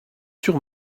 sur